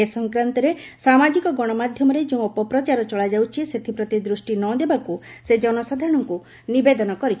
ଏ ସଂକ୍ରାନ୍ତରେ ସାମାଜିକ ଗଣମାଧ୍ୟମରେ ଯେଉଁ ଅପପ୍ରଚାର ଚଳାଯାଉଛି ସେଥିପ୍ରତି ଦୃଷ୍ଟି ନ ଦେବାକୁ ସେ ଜନସାଧାରଣଙ୍କୁ ନିବେଦନ କରିଛନ୍ତି